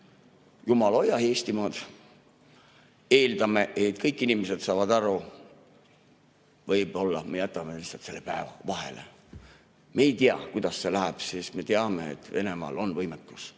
jumal hoia Eestimaad! Eeldame, et kõik inimesed saavad aru. Võib-olla me jätame selle päeva lihtsalt vahele. Me ei tea, kuidas see läheb, sest me teame, et Venemaal on võimekus